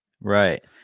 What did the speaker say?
Right